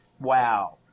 Wow